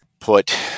put